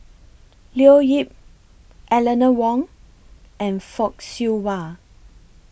Leo Yip Eleanor Wong and Fock Siew Wah